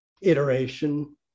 iteration